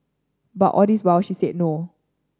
but all this while she said no